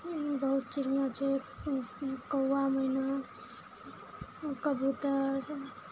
बहुत चिड़िआ छै कौआ मैना कबूतर